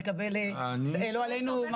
לא עלינו,